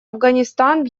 афганистан